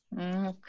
Okay